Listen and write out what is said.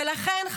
ולכן,